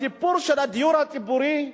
הסיפור של הדיור הציבורי,